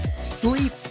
sleep